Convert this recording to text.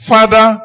Father